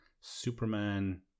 Superman